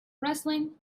wrestling